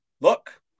look